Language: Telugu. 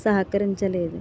సహకరించలేదు